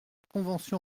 convention